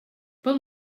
pel